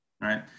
right